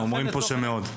הם אומרים שהיה מוצלח מאוד.